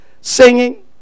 Singing